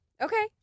Okay